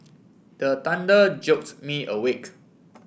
the thunder jolts me awake